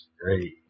great